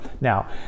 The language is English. Now